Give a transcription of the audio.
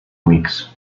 weeks